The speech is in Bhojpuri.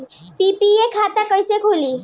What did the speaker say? पी.पी.एफ खाता कैसे खुली?